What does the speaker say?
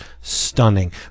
stunning